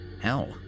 Hell